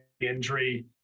injury